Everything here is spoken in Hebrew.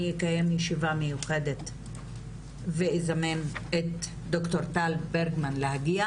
אני אקיים ישיבה מיוחדת ואזמן את ד"ר טל ברגמן להגיע